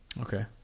okay